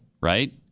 Right